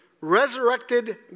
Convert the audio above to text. Resurrected